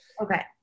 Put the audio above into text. Okay